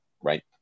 right